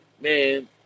Man